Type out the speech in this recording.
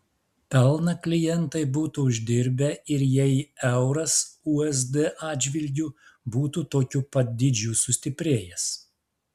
pelną klientai būtų uždirbę ir jei euras usd atžvilgiu būtų tokiu pat dydžiu sustiprėjęs